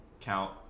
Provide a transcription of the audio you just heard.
count